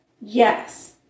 yes